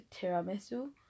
tiramisu